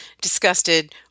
disgusted